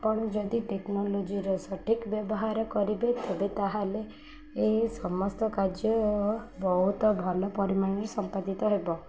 ଆପଣ ଯଦି ଟେକ୍ନୋଲୋଜିର ସଠିକ୍ ବ୍ୟବହାର କରିବେ ତେବେ ତା'ହେଲେ ଏ ସମସ୍ତ କାର୍ଯ୍ୟ ବହୁତ ଭଲ ପରିମାଣରେ ସମ୍ପାଦିତ ହେବ